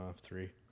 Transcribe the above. three